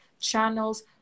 channels